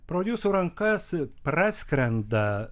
pro jūsų rankas praskrenda